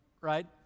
right